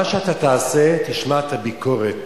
מה שאתה תעשה, תשמע את הביקורת.